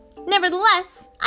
Nevertheless